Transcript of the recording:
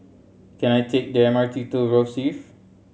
can I take the M R T to Rosyth